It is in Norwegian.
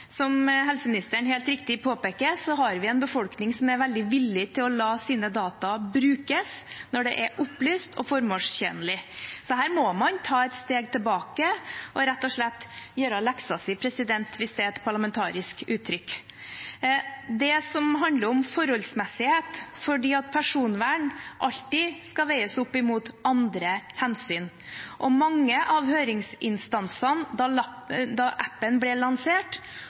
Som helseministeren helt riktig påpeker, har vi en befolkning som er veldig villig til å la sine data brukes når det er opplyst og formålstjenlig. Så her må man ta et steg tilbake og rett og slett gjøre leksa si – hvis det er et parlamentarisk uttrykk. Det handler om forholdsmessighet, for personvern skal alltid veies opp mot andre hensyn. Mange av høringsinstansene holdt seg for nesen da appen ble lansert